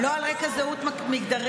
לא על רקע זהות מגדרית.